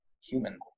human